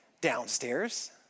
downstairs